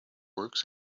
works